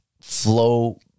flow